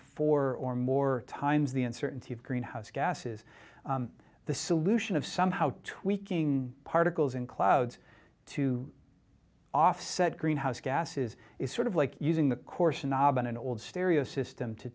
four or more times the uncertainty of greenhouse gases the solution of somehow tweaking particles in clouds to offset greenhouse gases is sort of like using the course knob on an old stereo system to